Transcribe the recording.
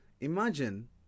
imagine